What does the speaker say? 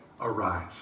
arise